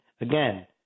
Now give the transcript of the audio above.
again